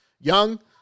young